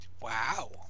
Wow